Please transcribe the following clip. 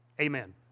Amen